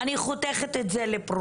אני חותכת את זה לפרוסות,